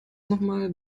nochmal